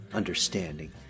understanding